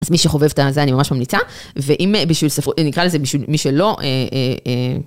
אז מי שחובב את זה אני ממש ממליצה, ואם בשביל ספר, נקרא לזה מי שלא, אהה